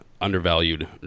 undervalued